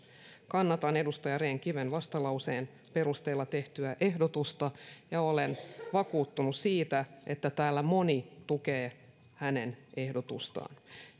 kannatan edustaja rehn kiven vastalauseen perusteella tehtyä ehdotusta ja olen vakuuttunut siitä että täällä moni tukee hänen ehdotustaan